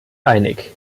einig